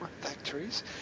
factories